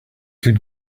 could